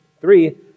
Three